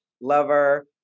lover